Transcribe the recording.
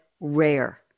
rare